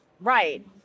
Right